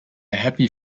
happy